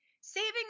Saving